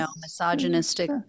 misogynistic